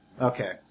Okay